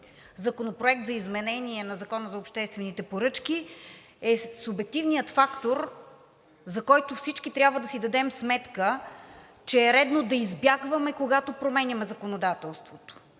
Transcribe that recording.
Законопроект за изменение на Закона за обществените поръчки, е субективният фактор, за който всички трябва да си дадем сметка, че е редно да избягваме, когато променяме законодателството.